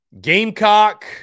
Gamecock